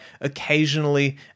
occasionally